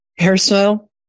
hairstyle